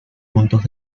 puntos